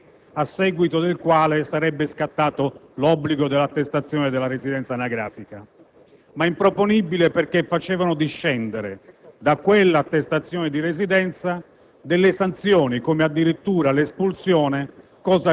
e di spiegare ai colleghi della destra che hanno sottoposto alla nostra attenzione il tema dell'attestazione della residenza anagrafica, come si trattasse di un tema inutile ed improponibile.